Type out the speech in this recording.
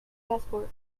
password